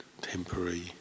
temporary